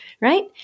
right